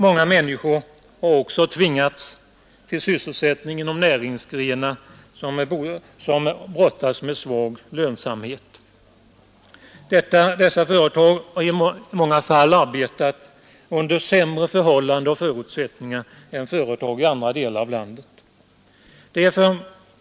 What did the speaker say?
Många människor har också tvingats till sy: tning inom näringsgrenar som brottas med öretag har i många fall arbetat under sämre förhållanden och förutsättningar än företag i andra delar av landet.